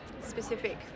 specific